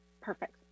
Perfect